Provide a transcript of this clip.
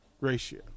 ratio